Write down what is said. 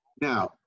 now